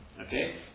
Okay